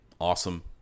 awesome